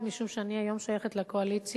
משום שאני היום שייכת לקואליציה.